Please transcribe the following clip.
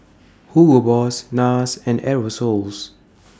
Hugo Boss Nars and Aerosoles